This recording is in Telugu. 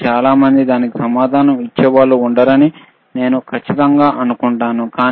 అప్పుడు చాలా మంది దానికి సమాధానం ఇచ్చేవాళ్ళు కాదు అని నేను ఖచ్చితంగా అనుకుంటున్నాను